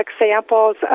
examples